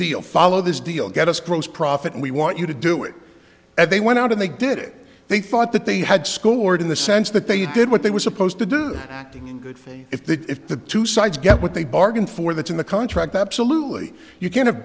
deal follow this deal get us gross profit and we want you to do it and they went out and they did it they thought that they had scored in the sense that they did what they were supposed to do acting in good faith if the if the two sides get what they bargained for that's in the contract absolutely you can have